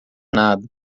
nada